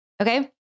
Okay